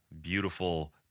beautiful